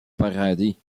paradis